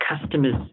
customers